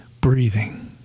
Breathing